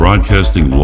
Broadcasting